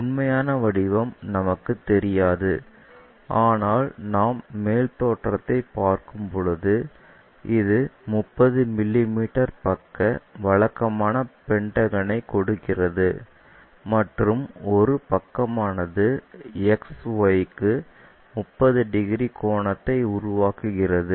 உண்மையான வடிவம் நமக்கு தெரியாது ஆனால் நாம் மேல் தோற்றத்தை பார்க்கும்போது இது 30 மிமீ பக்க வழக்கமான பென்டகனைக் கொடுக்கிறது மற்றும் ஒரு பக்கமானது XY க்கு 30 டிகிரி கோணத்தை உருவாக்குகிறது